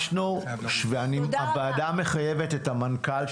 הם התחילו את החקירה על בסיס התלונה שהגשנו להם ביולי 2018. כל הכבוד.